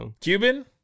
Cuban